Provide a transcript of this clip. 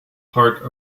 part